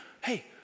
hey